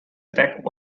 attack